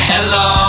Hello